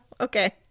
Okay